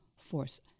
force